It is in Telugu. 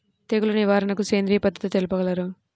తెగులు నివారణకు సేంద్రియ పద్ధతులు తెలుపగలరు?